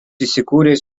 įsikūręs